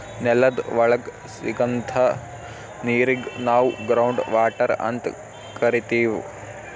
ನೆಲದ್ ಒಳಗ್ ಸಿಗಂಥಾ ನೀರಿಗ್ ನಾವ್ ಗ್ರೌಂಡ್ ವಾಟರ್ ಅಂತ್ ಕರಿತೀವ್